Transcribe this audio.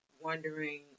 wondering